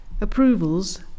approvals